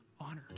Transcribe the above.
honored